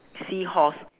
seahorse